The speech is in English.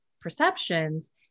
perceptions